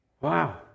Wow